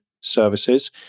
services